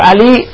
Ali